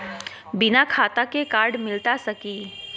बिना खाता के कार्ड मिलता सकी?